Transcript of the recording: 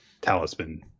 talisman